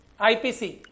IPC